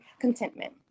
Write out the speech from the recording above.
contentment